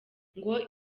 ngo